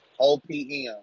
OPM